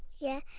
yeah.